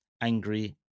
angry